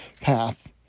path